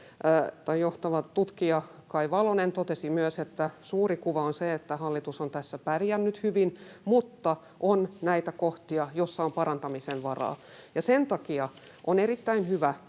johtava tutkija Kai Valonen totesi myös, että suuri kuva on se, että hallitus on tässä pärjännyt hyvin, mutta on näitä kohtia, joissa on parantamisen varaa. Sen takia on erittäin hyvä,